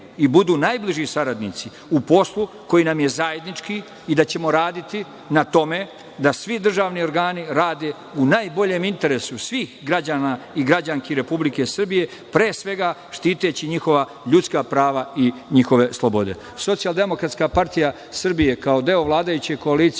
i budu najbliži saradnici u poslu koji nam je zajednički i da ćemo raditi na tome da svi državni organi rade u najboljem interesu svih građana i građanki Republike Srbije, pre svega štiteći njihova ljudska prava i njihove slobode. Dakle, SDPS kao deo vladajuće koalicije,